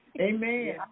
amen